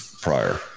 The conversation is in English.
prior